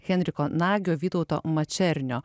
henriko nagio vytauto mačernio